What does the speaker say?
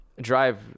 drive